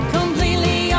completely